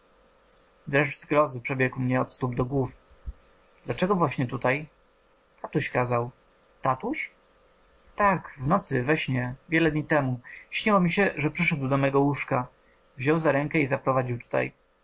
dreszcz zgrozy przebiegł mnie od stóp do głowy dlaczego właśnie tutaj tatuś kazał tatuś tak w nocy we śnie wiele dni temu śniło mi się że przyszedł do mego łóżka wziął za rękę i zaprowadził tutaj